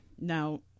Now